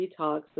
detox